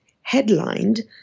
headlined